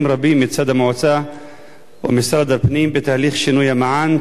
רבים מצד המועצה ומשרד הפנים בתהליך שינוי המען,